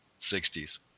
60s